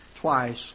twice